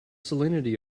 salinity